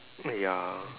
uh ya